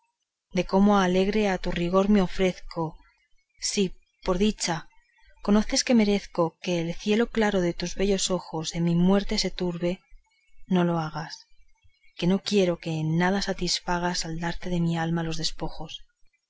de cómo alegre a tu rigor me ofrezco si por dicha conoces que merezco que el cielo claro de tus bellos ojos en mi muerte se turbe no lo hagas que no quiero que en nada satisfagas al darte de mi alma los despojos